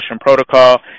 protocol